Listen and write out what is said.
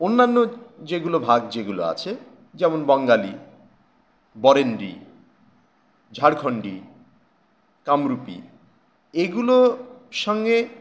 অন্যান্য যেগুলো ভাগ যেগুলো আছে যেমন বঙ্গালী বরেন্দ্রী ঝাড়খন্ডী কামরূপী এগুলো সঙ্গে